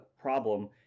problem